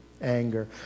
anger